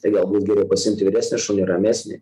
tai galbūt geriau pasiimti vyresnį šunį ramesnį